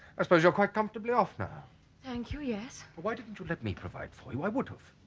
i suppose you're quite comfortably off now thank you yes but why didn't you let me provide for you? i would have